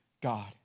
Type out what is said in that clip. God